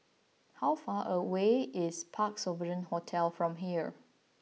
how far away is Parc Sovereign Hotel from here